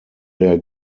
der